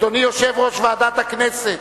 אדוני יושב-ראש ועדת הכנסת.